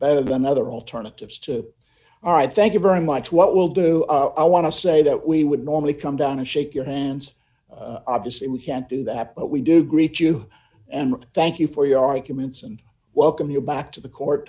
better than other alternatives to all right thank you very much what will do i want to say that we would normally come down and shake your hands obviously we can't do that but we do greet you and thank you for your arguments and welcome you back to the court